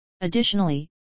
Additionally